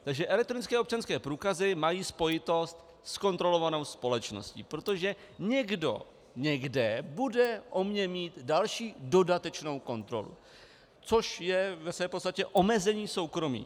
Takže elektronické občanské průkazy mají spojitost s kontrolovanou společností, protože někdo někde bude o mně mít další dodatečnou kontrolu, což je ve své podstatě omezení soukromí.